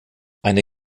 eine